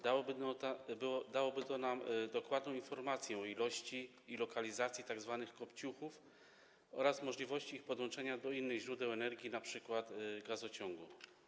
Dałoby to nam dokładną informację o ilości i lokalizacji tzw. kopciuchów oraz możliwości ich podłączenia do innych źródeł energii, np. gazociągu.